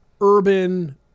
urban